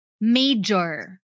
major